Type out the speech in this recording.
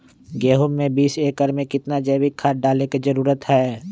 गेंहू में बीस एकर में कितना जैविक खाद डाले के जरूरत है?